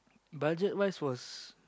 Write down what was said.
budget wise was